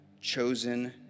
chosen